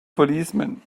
policeman